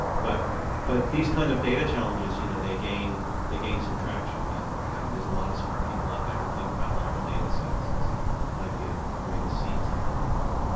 but but these kind of data challenges, you know, they gain they gain some traction and and there's a lot of smart people out there who think about large data sets. and so, it might be ah a way to seed something like this.